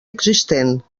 existent